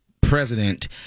president